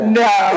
no